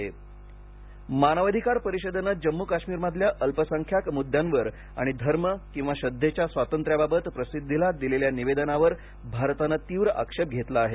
जम्मू काश्मीर मानवाधिकार मानवाधिकार परिषदेनं जम्मू काश्मीरमधल्या अल्पसंख्यांक मृद्द्यांवर आणि धर्म किंवा श्रद्धेच्या स्वातंत्र्याबाबत प्रसिद्धीला दिलेल्या निवेदनावर भारताने तीव्र आक्षेप घेतला आहे